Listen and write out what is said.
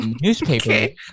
newspaper